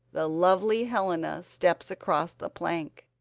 the lovely helena steps across the plank.